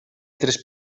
tres